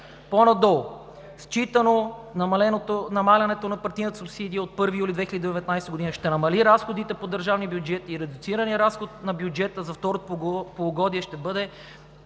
По-надолу: „Считано, намаляването на партийната субсидия от 1 юли 2019 г. ще намали разходите по държавния бюджет и редуцираният разход на бюджета за второто полугодие ще бъде